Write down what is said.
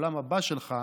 העולם הבא שלך,